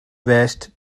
west